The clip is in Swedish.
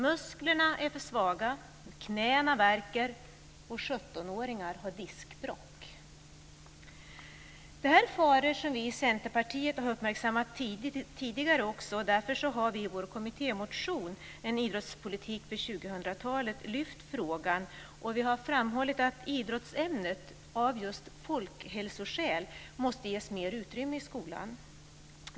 Musklerna är för svaga, knäna värker. Och 17 åringar har diskbråck. Det här är faror som vi i Centerpartiet har uppmärksammat tidigare också och därför har vi i vår kommittémotion En idrottspolitik för 2000-talet lyft fram frågan, och vi har framhållit att idrottsämnet av just folkhälsoskäl måste ges mer utrymme i skolan.